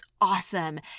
awesome